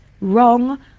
wrong